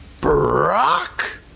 Brock